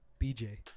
BJ